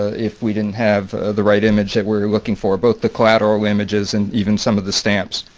if we didn't have the right image that we're looking for both the collateral images and even some of the stamps.